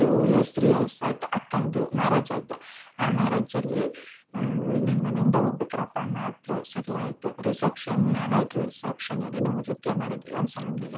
to years three years ಆಯಿತು ಅಕ್ಕಂದು marriage ಆಯಿತು ಆ ಮ್ಯಾರೇಜಲ್ಲಿ ಇನ್ನೇನು ಮನೆಯಿಂದ ಹೋಗ್ಬೇಕಾರೆ ಅಪ್ಪ ಅಮ್ಮ ಅತ್ತರು ಸರಿ ಆಯಿತು ರಿಸ್ಪಷನ್ ನೈಟ್ ರಿಸ್ಪಷನಲ್ಲಿ ನಾವು ನೃತ್ಯ ಮಾಡಿದ್ವಿ ಒಂದು ಸಾಂಗಿಗೆ